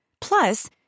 Plus